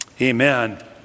amen